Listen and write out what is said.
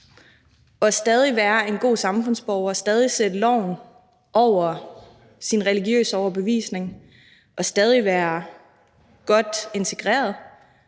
og stadig være en god samfundsborger og stadig sætte loven over sin religiøse overbevisning og stadig være godt integreret.